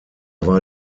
war